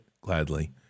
gladly